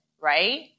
right